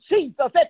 Jesus